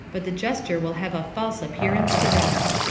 but the gesture will have a false appearance to them.